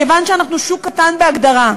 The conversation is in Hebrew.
כיוון שאנחנו שוק קטן בהגדרה,